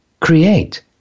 create